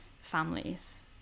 families